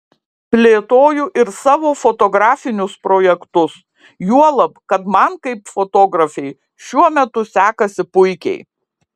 plėtoju ir savo fotografinius projektus juolab kad man kaip fotografei šiuo metu sekasi puikiai